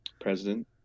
president